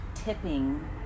tipping